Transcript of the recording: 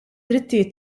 drittijiet